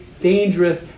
dangerous